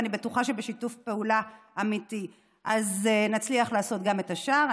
אני בטוחה שבשיתוף פעולה אמיתי נצליח לעשות גם את השאר.